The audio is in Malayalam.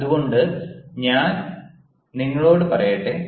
അതുകൊണ്ട് ഞാൻ നിങ്ങളോട് പറയട്ടെ